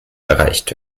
erreicht